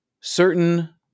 certain